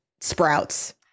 sprouts